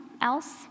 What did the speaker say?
else